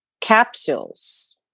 capsules